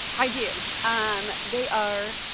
i do. um they are,